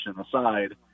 aside